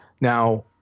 Now